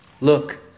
Look